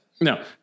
No